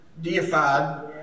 deified